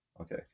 Okay